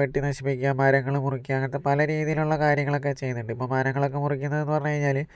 വെട്ടി നശിപ്പിക്കുക മരങ്ങള് മുറിക്കുക അങ്ങനത്തെ പല രീതിലുള്ള കാര്യങ്ങളൊക്കെ ചെയ്യുന്നുണ്ട് ഇപ്പൊ മരങ്ങളൊക്കെ മുറിക്കുന്നത്ന്നു പറഞ്ഞു കഴിഞ്ഞാല്